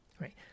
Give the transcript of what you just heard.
right